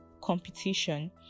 competition